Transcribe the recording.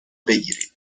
بگیرید